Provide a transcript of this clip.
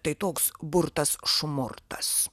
tai toks burtas šmurtas